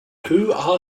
who